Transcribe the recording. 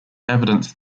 evidence